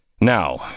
now